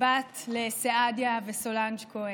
בת לסעדיה וסולנג' כהן,